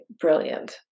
brilliant